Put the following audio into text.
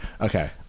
okay